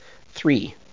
Three